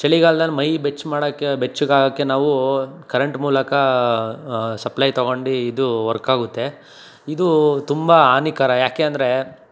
ಚಳಿಗಾಲದಲ್ಲಿ ಮೈ ಬೆಚ್ಚ ಮಾಡೋಕ್ಕೆ ಬೆಚ್ಚಗಾಗೋಕ್ಕೆ ನಾವು ಕರೆಂಟ್ ಮೂಲಕ ಸಪ್ಲೈ ತೊಗೊಂಡು ಇದು ವರ್ಕ್ ಆಗುತ್ತೆ ಇದು ತುಂಬ ಹಾನಿಕರ ಯಾಕೆಂದರೆ